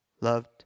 loved